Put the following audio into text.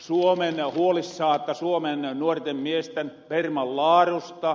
sihto oli huolissaan suomen nuorten miesten perman laarusta